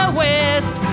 west